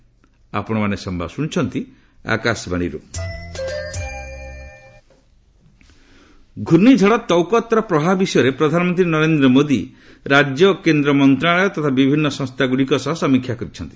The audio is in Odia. ପିଏମ୍ ସାଇକ୍ଲୋନ୍ ଘୂର୍ଣ୍ଣିଝଡ଼ ତୌକ୍ତର ପ୍ରଭାବ ବିଷୟରେ ପ୍ରଧାନମନ୍ତ୍ରୀ ନରେନ୍ଦ୍ର ମୋଦୀ ରାଜ୍ୟ ଓ କେନ୍ଦ୍ର ମନ୍ତ୍ରଣାଳୟ ତଥା ବିଭିନ୍ନ ସଂସ୍ଥା ଗୁଡ଼ିକ ସହ ସମୀକ୍ଷା କରିଛନ୍ତି